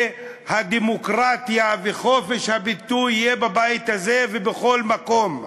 ושהדמוקרטיה וחופש הביטוי יהיו בבית הזה ובכל מקום.